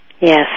Yes